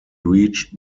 reached